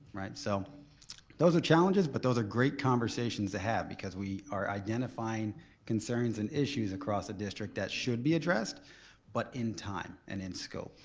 so those are challenges but those are great conversations to have because we are identifying concerns and issues across the district that should be addressed but in time and in scope.